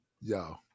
Yo